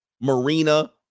Marina